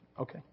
Okay